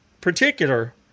particular